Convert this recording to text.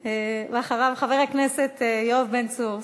חבר הכנסת יואב בן צור.